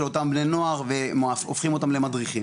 אותם בני נוער והופכים אותם למדריכים,